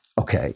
Okay